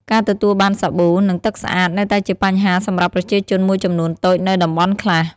ការទទួលបានសាប៊ូ និងទឹកស្អាតនៅតែជាបញ្ហាសម្រាប់ប្រជាជនមួយចំនួនតូចនៅតំបន់ខ្លះ។